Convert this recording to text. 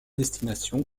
destination